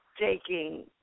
taking